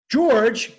George